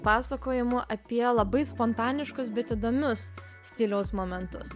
pasakojimų apie labai spontaniškus bet įdomius stiliaus momentus